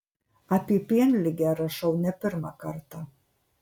apie pienligę rašau ne pirmą kartą